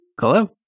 Hello